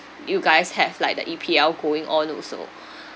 you guys have like the E_P_L going on also